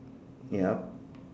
yup